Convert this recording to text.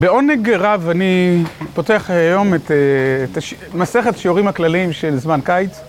בעונג גב אני פותח היום את מסכת השיעורים הכלליים של זמן קיץ